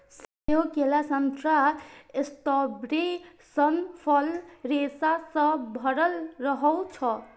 सेब, केला, संतरा, स्ट्रॉबेरी सन फल रेशा सं भरल रहै छै